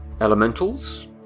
Elementals